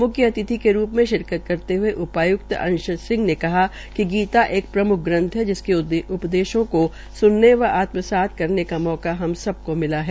मुख्य अतिथि के रूप में शिरकत करने पहंचे उपाय्कत अंशज सिंह ने कहा कि गीता एक प्रम्ख ग्रंथ है जिसके उपदेशों को सुनने व आत्मसात करने का मौका हम सबको मिला है